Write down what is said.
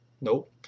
nope